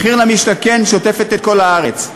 מחיר למשתכן, שוטפת את כל הארץ.